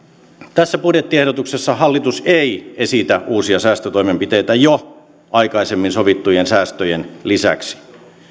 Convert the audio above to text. tässä budjettiehdotuksessa hallitus ei esitä uusia säästötoimenpiteitä jo aikaisemmin sovittujen säästöjen lisäksi